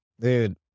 Dude